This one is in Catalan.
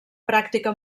pràctica